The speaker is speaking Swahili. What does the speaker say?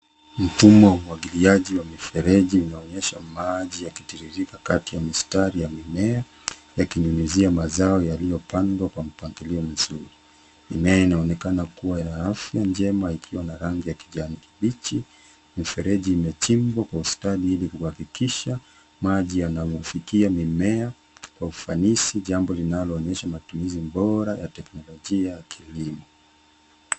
Mfumo wa umwagiliaji wa mifereji unaonyesha maji yakitiririka kati ya mistari ya mimea yakinyunyuzia mazao yaliyopandwa kwa mpangilio mzuri. Mimea inaonekana kuwa ya afya njema ikiwa na rangi ya kijani kibichi. Mfereji imechimbwa kwa ustadi ili kuhakikisha maji yanayofikia mimea kwa ufanisi jambo linaloonyesha matumizi bora ya teknolojia ya kilimo.